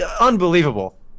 unbelievable